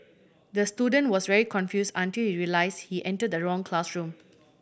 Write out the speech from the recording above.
the student was very confused until he realised he entered the wrong classroom